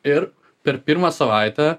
ir per pirmą savaitę